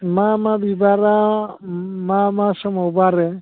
मा मा बिबारा मा मा समाव बारो